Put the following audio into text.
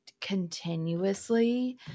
continuously